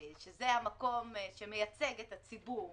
שזה המקום שמייצג את הציבור